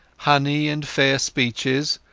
honey and fair speeches,